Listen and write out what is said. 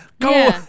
go